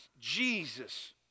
Jesus